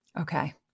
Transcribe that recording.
Okay